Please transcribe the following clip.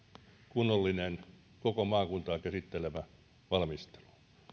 kunnollinen koko maakuntaa käsittelevä valmistelu